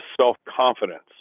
self-confidence